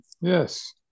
Yes